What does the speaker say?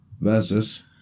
Versus